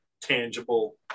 tangible